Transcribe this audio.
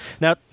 Now